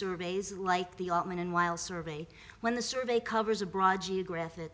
surveys like the op men and while survey when the survey covers a broad geographic